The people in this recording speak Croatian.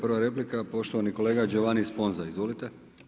Prva replika poštovani kolega Giovanni Sponza, izvolite.